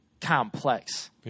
complex